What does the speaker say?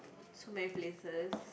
so many places